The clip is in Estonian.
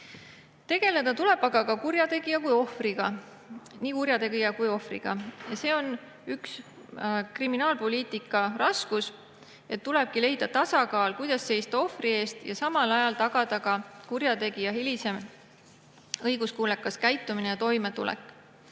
Tegeleda tuleb aga nii kurjategija kui ohvriga. See ongi kriminaalpoliitika puhul raske, et tuleb leida tasakaal, kuidas seista ohvri eest ja samal ajal tagada ka kurjategija hilisem õiguskuulekas käitumine ja toimetulek.